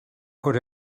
put